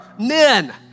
men